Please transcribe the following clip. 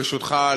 ברשותך,